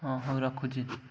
ହଁ ହଉ ରଖୁଛି